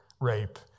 rape